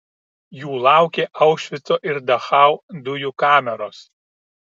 jų laukė aušvico ir dachau dujų kameros